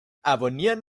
abonnieren